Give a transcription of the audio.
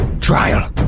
trial